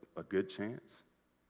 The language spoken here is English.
a good chance?